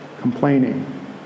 complaining